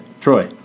Troy